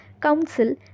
council